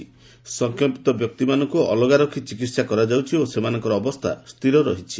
ସଂକ୍ରମିତ ବ୍ୟକ୍ତିମାନଙ୍କୁ ଅଲଗା ରଖି ଚିକିତ୍ସା କରାଯାଉଛି ଓ ସେମାନଙ୍କର ଅବସ୍ଥା ସ୍ଥିର ରହିଛି